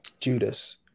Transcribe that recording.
Judas